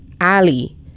Ali